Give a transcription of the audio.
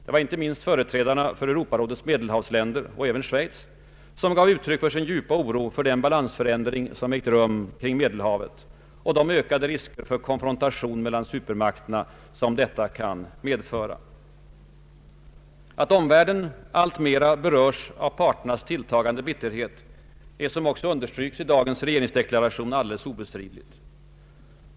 Det var icke minst företrädarna för Europarådets Medelhavsländer och Schweiz som gav uttryck för sin djupa oro för den balansförändring som ägt rum kring Medelhavet och de ökade risker för konfrontation mellan supermakterna som detta kan medföra. Att omvärlden alltmer berörs av parternas tilltagande bitterhet är — som understryks i dagens regeringsdeklaration — alldeles obestridligt.